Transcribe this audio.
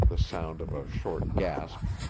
the sound of a short gasp,